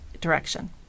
direction